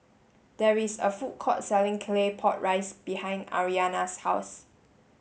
there is a food court selling claypot rice behind Aryanna's house